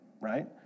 right